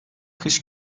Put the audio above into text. kış